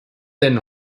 denn